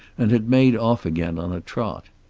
and had made off again on a trot.